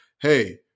hey